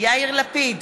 יאיר לפיד,